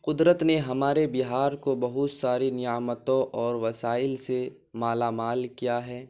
قدرت نے ہمارے بہار کو بہت ساری نعمتوں اور وسائل سے مالا مال کیا ہے